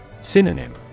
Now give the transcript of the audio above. Synonym